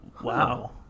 Wow